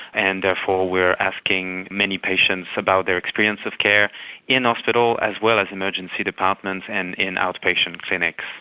and therefore we are asking many patients about their experience of care in hospital as well as emergency departments and in outpatient clinics.